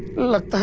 look